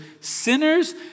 sinners